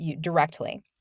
directly